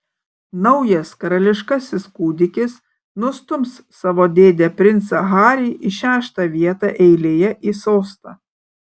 naujas karališkasis kūdikis nustums savo dėdę princą harį į šeštą vietą eilėje į sostą